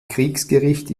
kriegsgericht